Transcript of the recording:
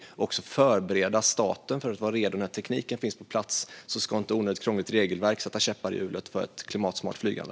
Det handlar även om att förbereda staten för att vara redo när tekniken finns på plats så att inte ett onödigt krångligt regelverk sätter käppar i hjulet för ett klimatsmart flygande.